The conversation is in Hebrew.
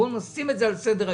שנשים את זה על סדר-היום,